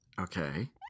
Okay